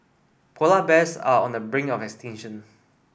polar bears are on the brink of extinction